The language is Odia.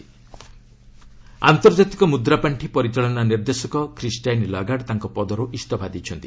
ଆଇଏମ୍ଏଫ୍ ଆନ୍ତର୍ଜାତିକ ମୁଦ୍ରାପାଣ୍ଡି ପରିଚାଳନା ନିର୍ଦ୍ଦେଶକ ଖ୍ରୀଷ୍ଟାଇନ୍ ଲାଗାର୍ଡ଼ ତାଙ୍କ ପଦରୁ ଇସଫା ଦେଇଛନ୍ତି